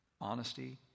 Honesty